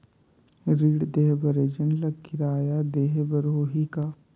ऋण देहे बर एजेंट ला किराया देही बर होही का?